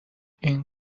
این